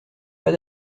pas